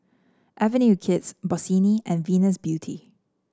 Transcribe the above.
Avenue Kids Bossini and Venus Beauty